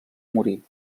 morir